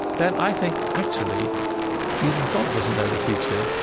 then i think actually even god doesn't know the future.